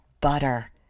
butter